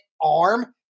arm